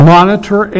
Monitor